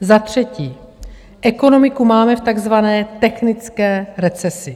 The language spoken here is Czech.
Za třetí, ekonomiku máme v takzvané technické recesi.